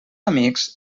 amics